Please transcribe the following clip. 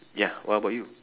ya what about you